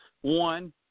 one